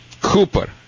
Cooper